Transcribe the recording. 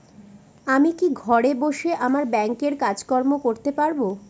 আমি কি ঘরে বসে আমার ব্যাংকের কাজকর্ম করতে পারব?